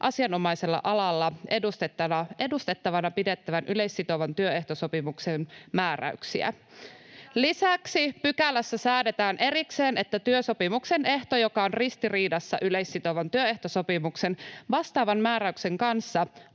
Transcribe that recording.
asianomaisella alalla edustettavana pidettävän yleissitovan työehtosopimuksen määräyksiä. [Niina Malmin välihuuto] Lisäksi pykälässä säädetään erikseen, että työsopimuksen ehto, joka on ristiriidassa yleissitovan työehtosopimuksen vastaavan määräyksen kanssa,